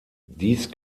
dies